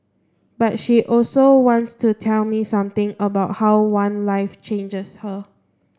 but she also wants to tell me something about how one life changes her